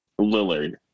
Lillard